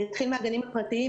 אני אתחיל מהגנים הפרטיים.